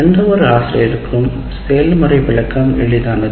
எந்தவொரு ஆசிரியருக்கும் செயல்முறை விளக்கம் எளிதானது